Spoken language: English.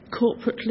corporately